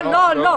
לא, לא.